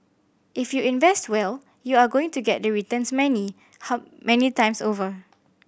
if you invest well you're going to get the returns many how many times over